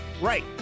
Right